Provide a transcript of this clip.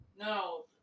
No